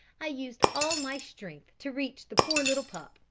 i used all my strength to reach the poor little pup,